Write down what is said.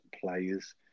players